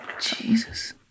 Jesus